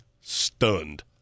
stunned